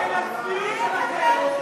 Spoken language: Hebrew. נגד הצביעות שלכם.